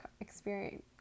experience